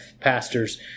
pastors